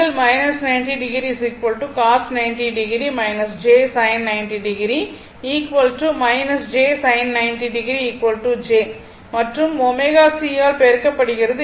∠ 90o cos 90 o j sin 90o j sin 90o j மற்றும் ω C ஆல் பெருக்படுகிறது